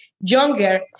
younger